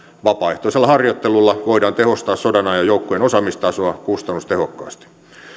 vapaaehtoisella harjoittelulla voidaan tehostaa sodanajan joukkojen osaamistasoa kustannustehokkaasti